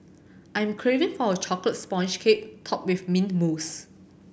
I am craving for a chocolate sponge cake topped with mint mousse